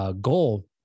goal